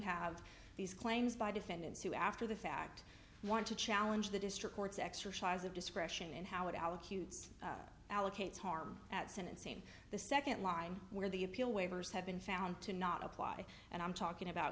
have these claims by defendants who after the fact want to challenge the district court's exercise of discretion and how it allocute allocates harm at senate same the second line where the appeal waivers have been found to not apply and i'm talking about